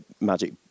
magic